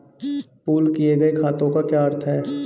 Pool किए गए खातों का क्या अर्थ है?